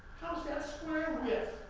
how's that square with.